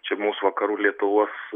čia mūsų vakarų lietuvos